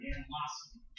Animosity